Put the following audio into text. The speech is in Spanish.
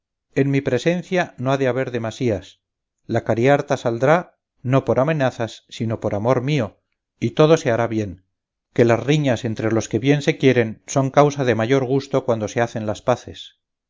en mi presencia no ha de haber demasías la cariharta saldrá no por amenazas sino por amor mío y todo se hará bien que las riñas entre los que bien se quieren son causa de mayor gusto cuando se hacen las paces